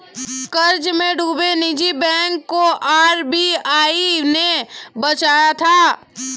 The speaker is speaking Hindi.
कर्ज में डूबे निजी बैंक को आर.बी.आई ने बचाया था